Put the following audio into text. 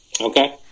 okay